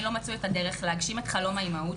לא מצאו את הדרך להגשים את חלום האימהות,